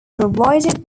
provided